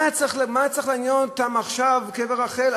מה צריך לעניין אותם עכשיו קבר רחל?